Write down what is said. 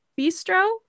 Bistro